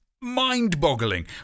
Mind-boggling